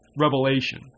revelation